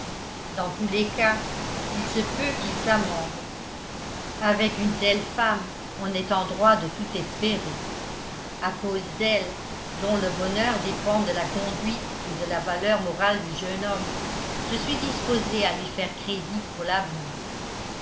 dans tous les cas il se peut qu'il s'amende avec une telle femme on est en droit de tout espérer à cause d'elle dont le bonheur dépend de la conduite et de la valeur morale du jeune homme je suis disposé à lui faire crédit pour l'avenir